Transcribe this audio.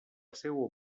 seua